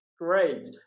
Great